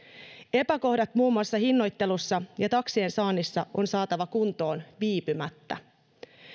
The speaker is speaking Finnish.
epäkohdat muun muassa hinnoittelussa ja taksien saannissa on saatava kuntoon viipymättä